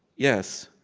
yes.